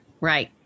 Right